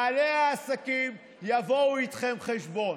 בעלי העסקים, יבואו איתכם חשבון.